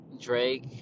Drake